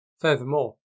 Furthermore